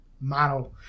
model